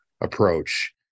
approach